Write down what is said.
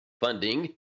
funding